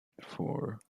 four